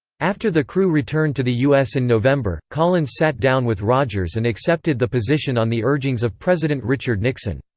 after the crew returned to the u s. in november, collins sat down with rogers and accepted the position on the urgings of president richard nixon.